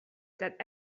that